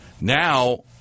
Now –